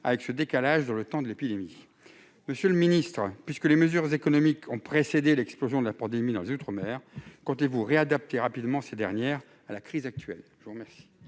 de ce décalage de l'épidémie dans le temps. Monsieur le ministre, puisque les mesures économiques ont précédé l'explosion de la pandémie dans les outre-mer, comptez-vous réadapter rapidement ces dernières à la crise actuelle ?